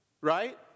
Right